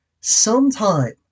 sometime